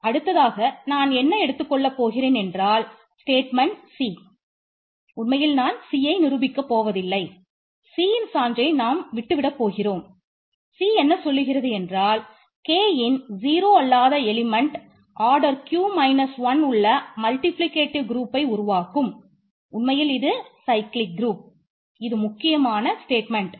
அடுத்ததாக நான் எதை எடுத்துக் கொள்ளப் போகிறேன் என்றால் ஸ்டேட்மெண்ட்